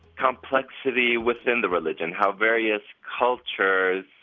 complexity within the religion, how various cultures